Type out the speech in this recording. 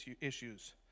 issues